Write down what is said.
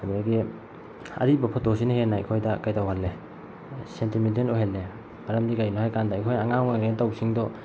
ꯑꯗꯨꯗꯒꯤ ꯑꯔꯤꯕ ꯐꯣꯇꯣꯁꯤꯅ ꯍꯦꯟꯅ ꯑꯩꯈꯣꯏꯗ ꯀꯩꯗꯧꯍꯜꯂꯦ ꯁꯦꯟꯇꯤꯃꯦꯟꯇꯦꯜ ꯑꯣꯏꯍꯜꯂꯦ ꯃꯔꯝꯗꯤ ꯀꯩꯒꯤꯅꯣ ꯍꯥꯏ ꯀꯥꯟꯗ ꯑꯩꯈꯣꯏꯅ ꯑꯉꯥꯡ ꯑꯣꯏꯔꯤꯉꯩꯗ ꯇꯧꯈꯤꯕꯁꯤꯡꯗꯣ